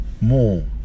more